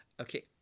Okay